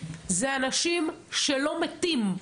זה אנשים שלא מתים,